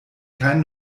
kein